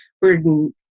burden